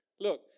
Look